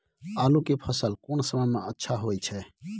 आलू के फसल कोन समय में अच्छा होय छै?